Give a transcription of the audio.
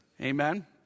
Amen